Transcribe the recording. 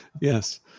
Yes